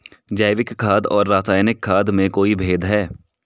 जैविक खाद और रासायनिक खाद में कोई भेद है?